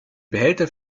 behälter